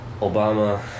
Obama